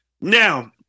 Now